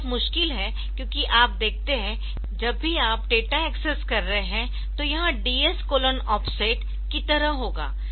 यह बहुत मुश्किल है क्योंकि आप देखते है जब भी आप डेटा एक्सेस कर रहे है तो यह DS ऑफसेट DS Offset की तरह होगा